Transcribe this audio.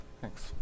Thanks